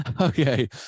okay